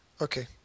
Okay